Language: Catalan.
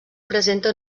presenta